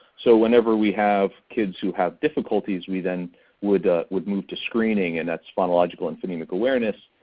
so whenever we have kids who have difficulties we then would would move to screening and that's phonological and phonemic awareness,